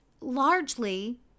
largely